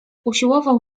usiłował